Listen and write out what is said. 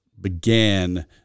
began